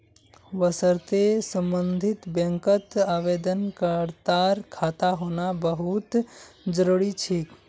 वशर्ते सम्बन्धित बैंकत आवेदनकर्तार खाता होना बहु त जरूरी छेक